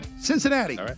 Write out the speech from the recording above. Cincinnati